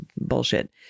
bullshit